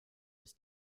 ist